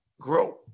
grow